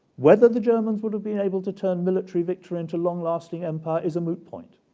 whether the germans would have been able to turn military victory into long-lasting empire is a moot point.